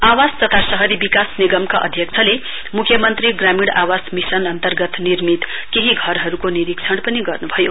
आवास तथा शहरी विकास निगमका अध्यक्षले मुख्यमन्त्री ग्रामीण आवास मिशन अन्तर्गत निर्मित केही घरहरुको निरीक्षण पनि गर्नुभयो